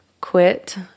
quit